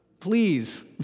Please